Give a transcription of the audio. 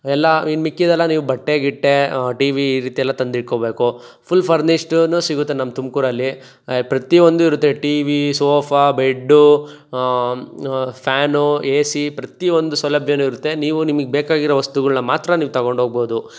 ಎಲ್ಲ ಇನ್ನು ಮಿಕ್ಕಿದೆಲ್ಲ ನೀವು ಬಟ್ಟೆ ಗಿಟ್ಟೆ ಟಿ ವಿ ಈ ರೀತಿಯೆಲ್ಲ ತಂದಿಟ್ಕೊಬೇಕು ಫುಲ್ ಫರ್ನಿಶ್ಟನು ಸಿಗುತ್ತೆ ನಮ್ಮ ತುಮಕೂರಲ್ಲಿ ಪ್ರತೀ ಒಂದು ಇರುತ್ತೆ T V sofa bed fan A C ಪ್ರತಿ ಒಂದು ಸೌಲಭ್ಯ ಇರುತ್ತೆ ನೀವು ನಿಮಿಗೆ ಬೇಕಾಗಿರೊ ವಸ್ತುಗಳ್ನ ಮಾತ್ರ ನೀವು ತಗೊಂಡೋಗ್ಬೋದು